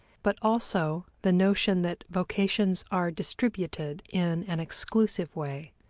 but also the notion that vocations are distributed in an exclusive way,